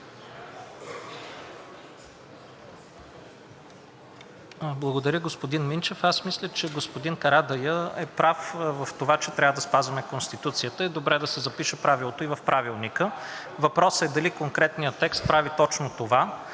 Благодаря, господин Минчев. Аз мисля, че господин Карадайъ е прав в това, че трябва да спазваме Конституцията, и е добре да се запише правилото и в Правилника. Въпросът е дали конкретният текст прави точно това,